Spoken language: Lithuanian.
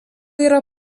yra